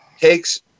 takes